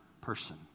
person